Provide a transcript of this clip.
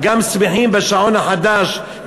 גם שמחים בשעון החדש,